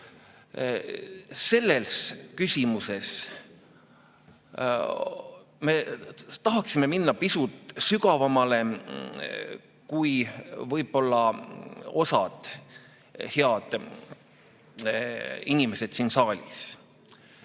selles küsimuses me tahaksime minna pisut sügavamale kui võib-olla osa häid inimesi siin saalis.